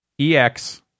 EX